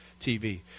TV